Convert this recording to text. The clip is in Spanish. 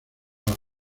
los